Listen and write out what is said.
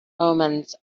omens